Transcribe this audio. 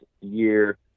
year